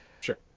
Sure